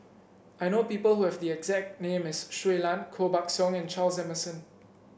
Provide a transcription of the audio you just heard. I know people who have the exact name as Shui Lan Koh Buck Song and Charles Emmerson